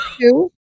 two